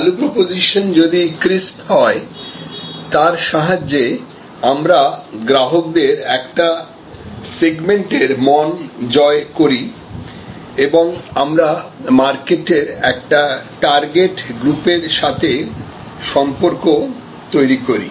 value proposition যদি crisp হয় তার সাহায্যে আমরা গ্রাহকদের একটি সেগমেন্টের মন জয় করি এবং আমরা মার্কেটের একটি টার্গেট গ্রুপ এর সাথে সম্পর্ক তৈরি করি